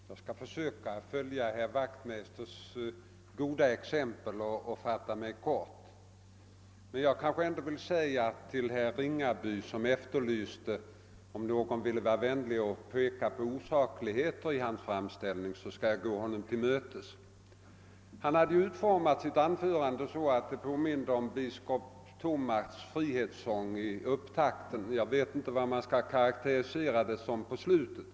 Herr talman! Jag skall försöka följa herr Wachtmeisters goda exempel och fatta mig kort. Men jag vill ändå säga till herr Ringaby, som efterlyste någon som ville vara vänlig och peka på osakligheter i hans framställning, att jag skall gå honom till mötes. Han utformade sitt anförande så att det i upptakten påminde om biskop Tomas” frihetssång. Jag vet inte hur man skall karakterisera inlägget på slutet.